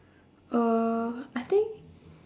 uh I think